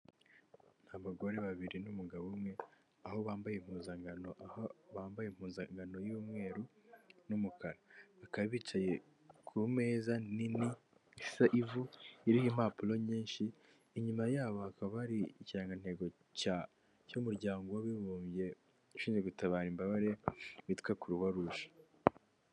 Abagore babiri n'umugabo umwe aho bambaye impuzankano y'umweru n'umukara bakaba bicaye ku meza nini isa ivu iriho impapuro nyinshi, inyuma yabo hakaba haari ikirangantego cy'umuryango w'abibumbye ushinzwe gutabara imbabare witwa kuruwaruje.